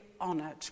honoured